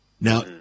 now